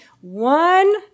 one